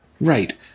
Right